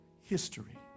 history